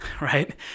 Right